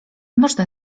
można